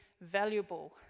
Valuable